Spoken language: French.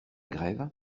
grève